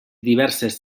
diverses